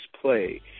play